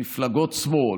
מפלגות שמאל,